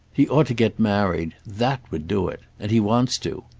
he ought to get married. that would do it. and he wants to.